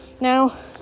Now